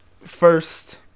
first